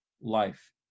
life